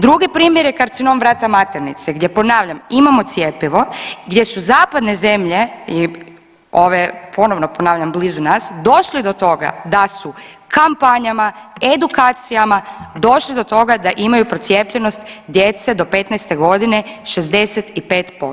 Drugi primjer je karcinom vrata maternice gdje ponavljam imamo cjepivo, gdje su zapadne zemlje i ove ponovno ponavljam blizu nas došli do toga da su kampanjama, edukacijama došli do toga da imaju procijepljenost djece do 15 godine 65%